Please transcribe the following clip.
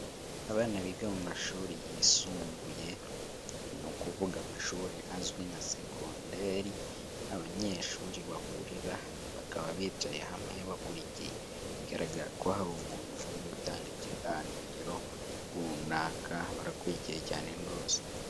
Abana biga mu mashuri yisumbuye ni ukuvuga amashuri azwi nka segonderi, abanyeshuri bahurira bakaba bicaye hamwe bakurikiye bigaragara ko hari umuntu uri gutanga ikiganiro runaka barakurikiye cyane rwose.